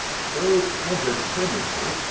scrooge entered timidly,